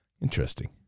interesting